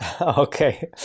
Okay